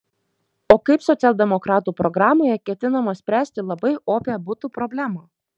o kaip socialdemokratų programoje ketinama spręsti labai opią butų problemą